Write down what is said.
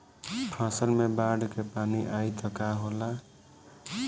फसल मे बाढ़ के पानी आई त का होला?